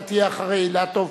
אתה תהיה אחרי אילטוב,